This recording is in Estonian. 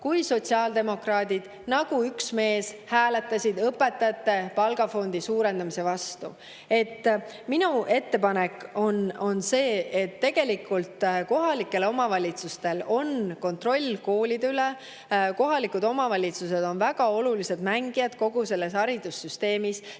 ka sotsiaaldemokraadid nagu üks mees hääletasid õpetajate palgafondi suurendamise vastu. Minu ettepanek on see. Kohalikel omavalitsustel on kontroll koolide üle, kohalikud omavalitsused on väga olulised mängijad kogu haridussüsteemis.